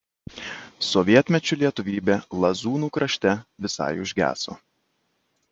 sovietmečiu lietuvybė lazūnų krašte visai užgeso